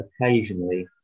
occasionally